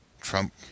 Trump